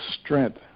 strength